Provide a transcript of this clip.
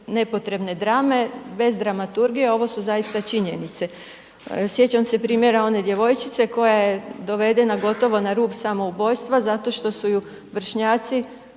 nepotrebne drame, bez dramaturgije, ovo su zaista činjenice. Sjećam se primjera one djevojčice koja je dovedena gotovo na rub samoubojstva zato što su ju vršnjaci